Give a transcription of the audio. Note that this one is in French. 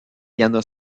jános